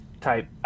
type